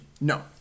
No